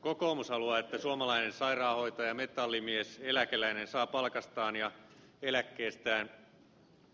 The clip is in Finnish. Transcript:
kokoomus haluaa että suomalainen sairaanhoitaja metallimies eläkeläinen saavat palkastaan ja eläkkeestään